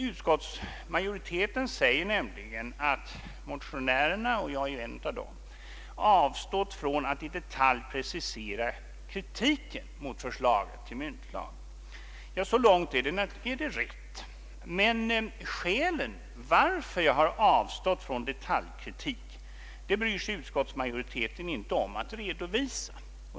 Utskottsmajoriteten säger nämligen att motionärerna — och jag är ju en av dem — avstått från att i detalj precisera kritiken mot förslaget till myntlag. Så långt är det rätt. Men skälen till att jag avstått från detaljkritik bryr sig utskottsmajoriteten inte om att redovisa.